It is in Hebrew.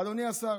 אדוני השר,